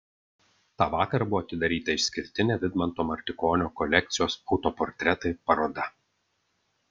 tą vakarą buvo atidaryta išskirtinė vidmanto martikonio kolekcijos autoportretai paroda